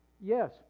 Yes